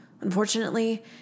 Unfortunately